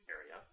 area